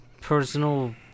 personal